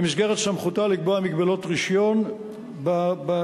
במסגרת סמכותה לקבוע מגבלות ברשיון הרכב.